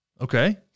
Okay